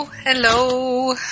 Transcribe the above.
Hello